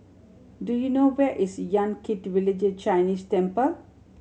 do you know where is Yan Kit Village Chinese Temple